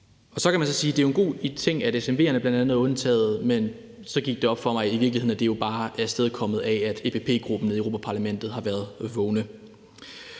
det er en god ting, at SMV'erne bl.a. er undtaget, men så gik det op mig, at det jo i virkeligheden bare er afstedkommet af, at EPP-gruppen nede i Europa-Parlamentet har været vågne.